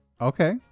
Okay